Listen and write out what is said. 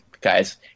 Guys